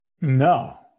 No